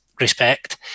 respect